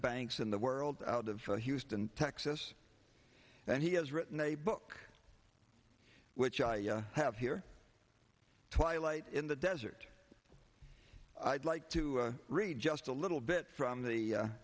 banks in the world out of houston texas and he has written a book which i have here twilight in the desert i'd like to read just a little bit from the